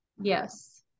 Yes